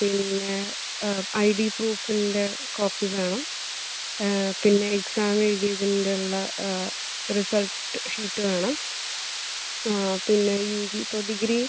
പിന്നെ I D പ്രൂഫിൻ്റെ copy വേണം പിന്നെ എക്സാം എഴുതിയതിൻ്റെ ഉള്ള റിസൾട്ട് ഷീറ്റ് വേണം പിന്നെ യൂ ജി ഇപ്പോൾ ഡിഗ്രി